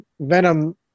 Venom